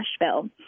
Nashville